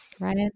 Right